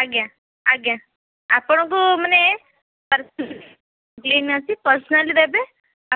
ଆଜ୍ଞା ଆଜ୍ଞା ଆପଣଙ୍କୁ ମାନେ ଦେଇ ନାହାଁନ୍ତି ପର୍ସନାଲି ଦେବେ